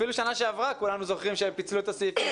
אפילו שנה שעברה, כולנו זוכרים, פיצלו את הסעיפים.